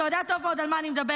אתה יודע טוב מאוד על מה אני מדברת,